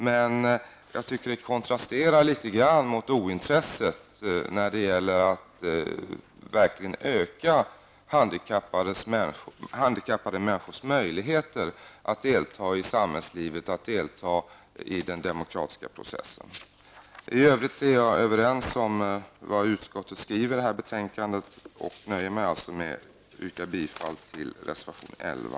Men jag tycker att det kontrasterar litet mot ointresset när det gäller att verkligen öka handikappade människors möjligheter att delta i samhällslivet, att delta i den demokratiska processen. I övrigt håller jag med om vad utskottet skriver i betänkandet och nöjer mig med att yrka bifall till reservation 11.